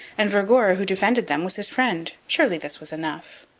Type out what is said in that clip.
and vergor who defended them was his friend. surely this was enough!